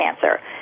cancer